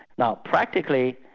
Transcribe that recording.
now practically,